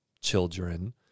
children